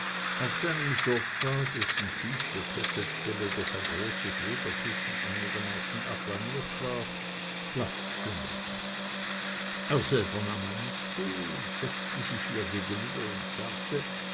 auf seinem sofa dessen tiefste kesselstelle durch ein großes lederkissen einigermaßen applaniert war platz zu nehmen er selber nahm einen stuhl setzte sich ihr gegenüber und sagte